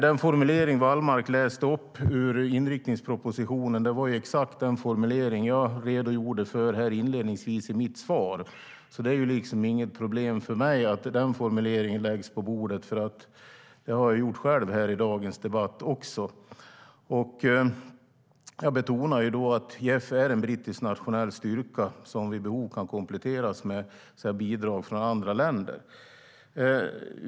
Den formulering Wallmark läste upp ur inriktningspropositionen var exakt den formulering som jag redogjorde för inledningsvis i mitt svar. Det är inget problem för mig att den formuleringen läggs på bordet, för att det har jag själv gjort i dagens debatt. Jag betonar att JEF är en brittisk nationell styrka som vid behov kan kompletteras med bidrag från andra länder.